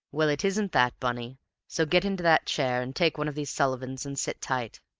well, it isn't that, bunny so get into that chair, and take one of these sullivans and sit tight.